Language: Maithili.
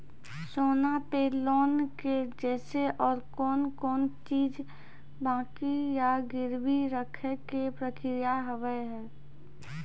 सोना पे लोन के जैसे और कौन कौन चीज बंकी या गिरवी रखे के प्रक्रिया हाव हाय?